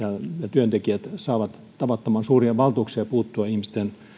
työntekijät saavat tavattoman suuria valtuuksia puuttua ihmisten